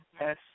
Yes